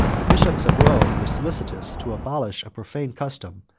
the bishops of rome were solicitous to abolish a profane custom,